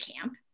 camp